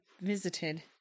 visited